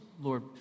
Lord